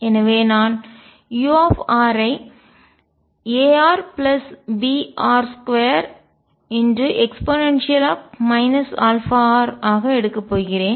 எனவே நான் u ஐ arbr2e αr ஆக எடுக்கப் போகிறேன்